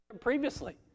previously